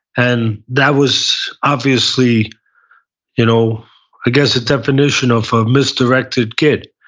and that was obviously you know i guess the definition of a misdirected kid.